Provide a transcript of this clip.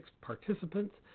participants